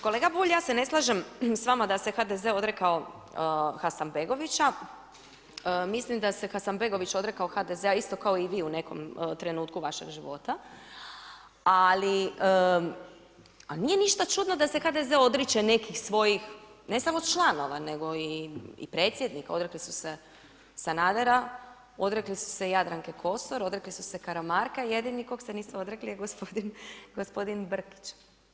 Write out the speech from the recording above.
Kolega Bulj, ja se ne slažem s vama da se HDZ odrekao Hasanbegovića, mislim da se Hasanbegović odrekao HDZ-a isto kao i vi u nekom trenutku vašeg života, ali nije ništa čudno da se HDZ odriče nekih svojih, ne samo članova, nego i predsjednika odrekli su se Sanader, odrekli su se i Jadranke Kosor, odrekli su se Karamarka i jedini kog se nisu odrekli je gospodin Brkić.